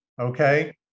Okay